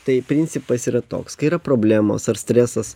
tai principas yra toks kai yra problemos ar stresas